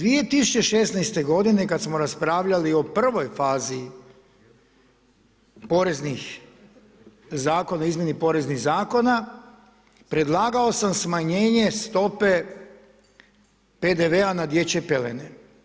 2016. godine kada smo raspravljali o prvoj fazi poreznih zakona, o izmjeni poreznih zakona predlagao sam smanjenje stope PDV-a na dječje pelene.